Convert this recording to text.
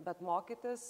bet mokytis